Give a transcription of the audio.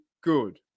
good